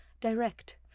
direct